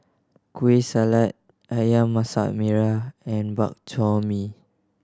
Kueh Salat Ayam Masak Merah and Bak Chor Mee